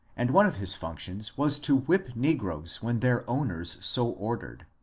and one of his functions was to whip negroes when their owners so ordered.